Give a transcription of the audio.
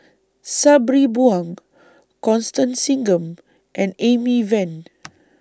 Sabri Buang Constance Singam and Amy Van